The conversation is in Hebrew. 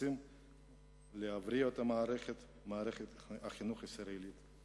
הנחוצים להבראתה של מערכת החינוך הישראלית.